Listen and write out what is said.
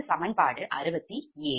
அது சமன்பாடு 67